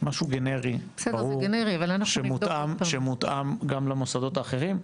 משהו גנרי, ברור, שמותאם גם למוסדות האחרים.